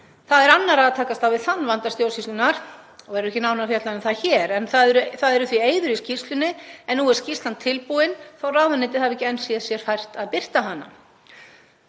Það er annarra að takast á við þann vanda stjórnsýslunnar og verður ekki nánar fjallað um það hér en það eru því eyður í skýrslunni. Nú er skýrslan tilbúin þó að ráðuneytið hafi ekki enn séð sér fært að birta hana.